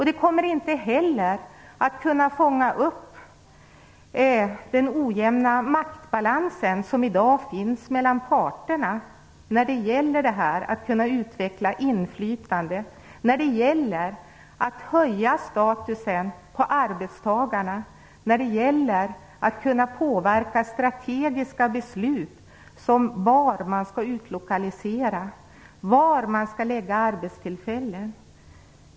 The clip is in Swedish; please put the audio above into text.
Det kommer inte heller att kunna fånga upp den ojämna maktbalans som finns i dag mellan parterna när det gäller att kunna utveckla inflytande, höja statusen på arbetstagarna, påverka strategiska beslut som var man skall utlokalisera och var man skall lägga arbetstillfällen.